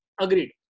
agreed